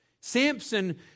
Samson